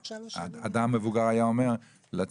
עוד שלוש שנים --- אדם מבוגר היה אומר לצעיר: